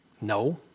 No